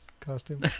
costume